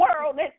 world